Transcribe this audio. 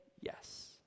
yes